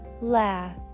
laugh